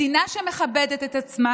מדינה שמכבדת את עצמה